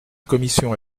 commission